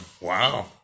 Wow